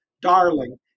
darling